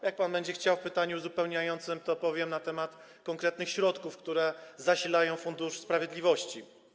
Jak pan będzie chciał zapytać w ramach pytania uzupełniającego, to powiem na temat konkretnych środków, które zasilają Fundusz Sprawiedliwości.